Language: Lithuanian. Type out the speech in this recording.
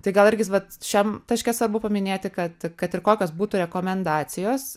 tai gal irgi vat šiam taške svarbu paminėti kad kad ir kokios būtų rekomendacijos